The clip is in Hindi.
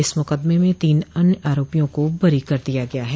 इस मुकदमे में तीन अन्य आरोपियों को बरी कर दिया गया है